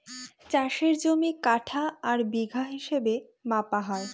চাষের জমি কাঠা আর বিঘা হিসাবে মাপা হয়